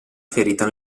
ferita